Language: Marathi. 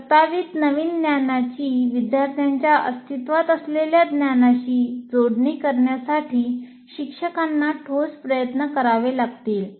प्रस्तावित नवीन ज्ञानाची विद्यार्थ्यांच्या अस्तित्वात असलेल्या ज्ञानाशी जोडणी करण्यासाठी शिक्षकांना ठोस प्रयत्न करावे लागतील